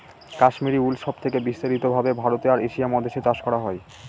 Kashmiri wool সব থেকে বিস্তারিত ভাবে ভারতে আর এশিয়া মহাদেশে চাষ করা হয়